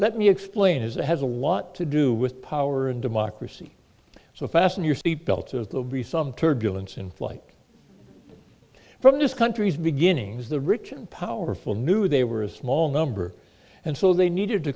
let me explain it has a lot to do with power and democracy so fasten your seat belts of the be some turbulence in flight from this country's beginnings the rich and powerful knew they were a small number and so they needed to